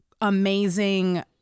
amazing